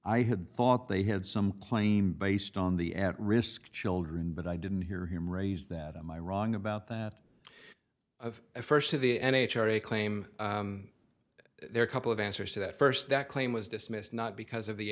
i had thought they had some claim based on the at risk children but i didn't hear him raise that am i wrong about that of a first of the n h r a claim there are couple of answers to that first that claim was dismissed not because of the